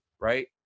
right